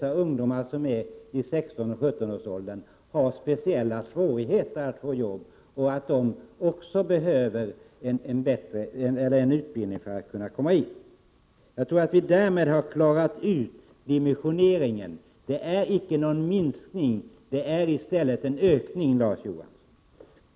De ungdomar som är i 16-17-årsåldern har särskilt svårt att få arbete och behöver därför utbildning för att komma in på arbetsmarknaden. Jag tror att vi därmed har klarat ut detta med dimensioneringen. Det är alltså icke fråga om någon minskning, utan om en ökning, Larz Johansson.